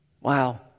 Wow